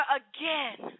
again